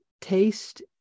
taste